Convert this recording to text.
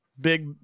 big